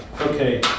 Okay